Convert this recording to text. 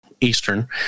Eastern